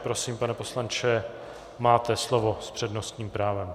Prosím, pane poslanče, máte slovo s přednostním právem.